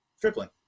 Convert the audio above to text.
Tripling